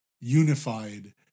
unified